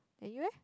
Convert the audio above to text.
then you eh